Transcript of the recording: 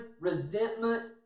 resentment